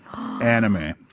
anime